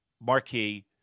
marquee